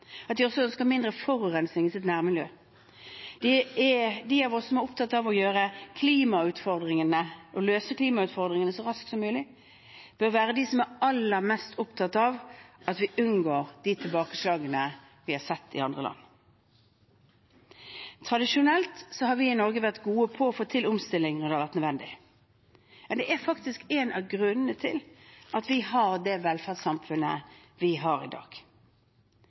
at de også ønsker mindre forurensing i sitt nærmiljø. De av oss som er opptatt av å løse klimautfordringene så raskt som mulig, bør være de som er aller mest opptatt av at vi unngår de tilbakeslagene vi har sett i andre land. Tradisjonelt har vi i Norge vært gode til å få til omstilling når det har vært nødvendig. Det er faktisk en av grunnene til at vi har det velferdssamfunnet vi har i dag.